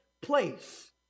place